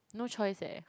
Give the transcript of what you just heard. no choice eh